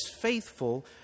faithful